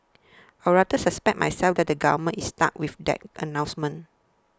I rather suspect myself that the government is stuck with that announcement